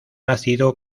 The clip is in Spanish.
ácido